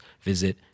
visit